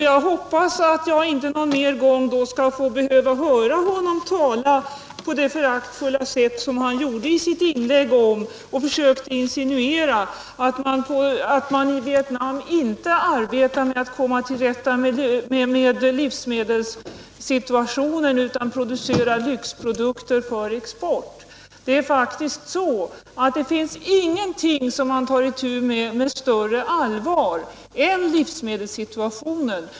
Jag hoppas att jag inte någon mer gång skall behöva höra honom tala på det föraktfulla sätt som han gjorde i sitt inlägg, där han försökte insinuera att man i Vietnam inte arbetar med att komma till rätta med livsmedelssituationen utan framställer lyxprodukter för export. Det finns faktiskt ingenting som man tar itu med med större allvar än livsmedelssituationen.